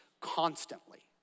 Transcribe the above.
constantly